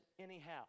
anyhow